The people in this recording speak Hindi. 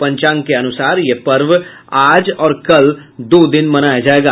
पंचांग के अनुसार यह पर्व आज और कल दो दिन मनाया जायेगा